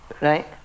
right